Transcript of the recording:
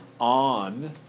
on